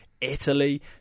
Italy